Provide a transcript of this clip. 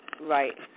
Right